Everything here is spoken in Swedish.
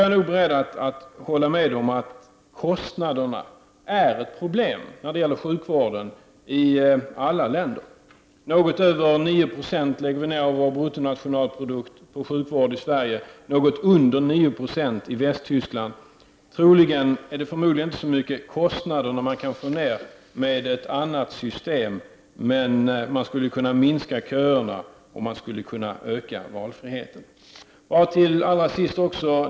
Jag är beredd att hålla med om att kostnaderna för sjukvården är ett problem i alla länder. Något mer än 9 90 av BNP går till vår sjukvård. I Västtyskland är motsvarande siffra något under 9 90. Troligen kan man inte få ned kostnaderna särskilt mycket genom att införa ett annat system. Men köerna skulle minska och valfriheten skulle bli större.